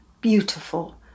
beautiful